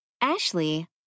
Ashley